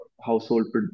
household